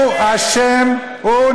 הוא אשם, בחייך, על מה אתה מדבר?